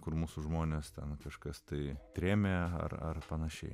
kur mūsų žmones ten kažkas tai trėmė ar pan